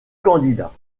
candidats